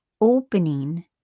opening